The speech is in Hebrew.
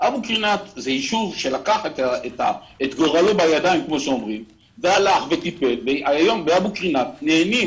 זה יישוב שלקח את גורלו בידיים והלך וטיפל, והיום